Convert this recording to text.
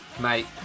Mate